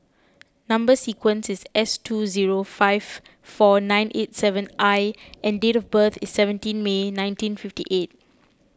Number Sequence is S two zero five four nine eight seven I and date of birth is seventeen May nineteen fifty eight